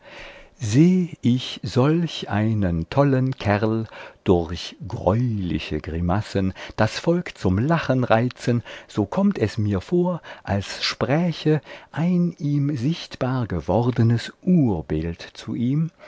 seh ich solch einen tollen kerl durch greuliche grimassen das volk zum lachen reizen so kommt es mir vor als spräche ein ihm sichtbar gewordenes urbild zu ihm